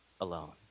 alone